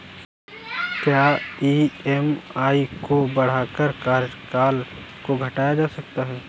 क्या ई.एम.आई को बढ़ाकर कार्यकाल को घटाया जा सकता है?